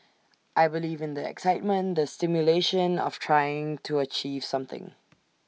I believe in the excitement the stimulation of trying to achieve something